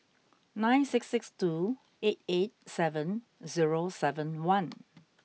nine six six two eight eight seven zero seven one